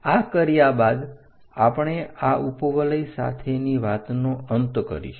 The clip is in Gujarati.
આ કર્યા બાદ આપણે આ ઉપવલય સાથેની વાતનો અંત કરીશું